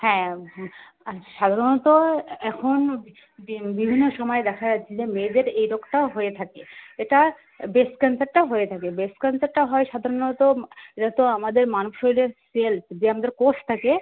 হ্যাঁ সাধারণত এখন যে বিভিন্ন সমায় দেখা যাচ্ছে যে মেয়েদের এই রোগটা হয়ে থাকে এটা ব্রেস্ট ক্যান্সারটাও হয়ে থাকে ব্রেস্ট ক্যান্সারটা হয় সাধারণত এটা তো আমাদের মানুষেরে সেল যে আমাদের কোষ থাকে